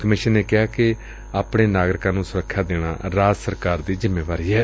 commission ਨੇ ਕਿਹਾ ਕਿ ਆਪਣੇ ਨਾਗਰਿਕਾਂ ਨੁੰ ਸੁਰੱਖਿਆ ਦੇਣਾ ਰਾਜ ਸਰਕਾਰ ਦੀ ਜਿੰਮੇਵਾਰੀ ਏ